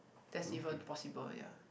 that's even possible ya